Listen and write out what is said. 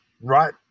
right